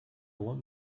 want